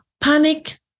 panic